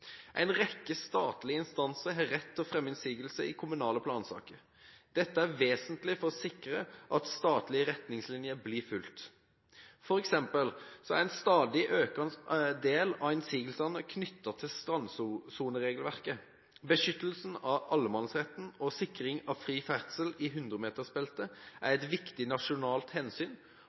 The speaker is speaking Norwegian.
En rekke statlige instanser har rett til å fremme innsigelser i kommunale plansaker. Dette er vesentlig for å sikre at statlige retningslinjer blir fulgt; f.eks. er en stadig økende del av innsigelsene knyttet til strandsoneregelverket. Beskyttelse av allemannsretten og sikring av fri ferdsel i 100-metersbeltet er et viktig nasjonalt hensyn,